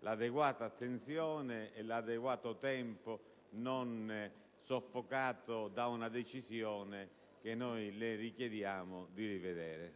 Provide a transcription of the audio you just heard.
l'adeguata attenzione e l'adeguato tempo, non soffocato da una decisione che le chiediamo di rivedere.